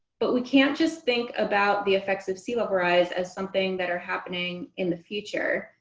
but we can't just think about the effect of sea level rise as something that are happening in the future.